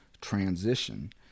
transition